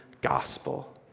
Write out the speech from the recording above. gospel